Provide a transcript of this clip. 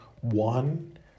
one